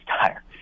tire